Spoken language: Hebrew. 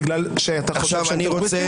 לדין של חיילי צה"ל בגלל שאתה חושב שהם כוחות כיבוש,